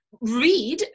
Read